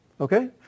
Okay